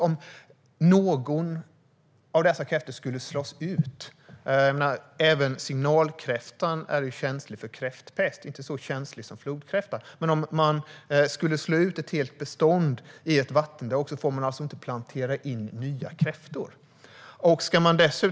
Om någon av dessa kräftsorter slås ut - även signalkräftan är ju känslig för kräftpest, om än inte så känslig som flodkräftan - till exempel ett helt bestånd slås ut i ett vattendrag, får inte nya kräftor planteras in.